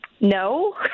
No